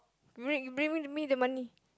bring bring me me the money